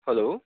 hello